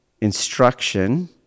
instruction